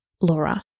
Laura